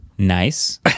Nice